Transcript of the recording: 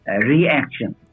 reaction